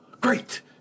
Great